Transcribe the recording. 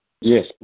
Yes